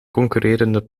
concurrerende